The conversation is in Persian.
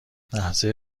لحظه